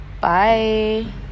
Bye